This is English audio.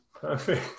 Perfect